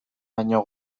baino